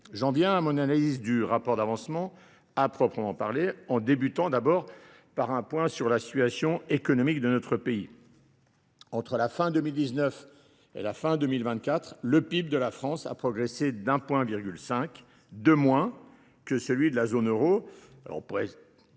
J'en viens à mon analyse du rapport d'avancement à proprement parler en débutant d'abord par un point sur la situation économique de notre pays. Entre la fin 2019 et la fin 2024, le PIB de la France a progressé d'1,5 de moins que celui de la zone euro.